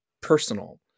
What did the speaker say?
personal